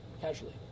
casually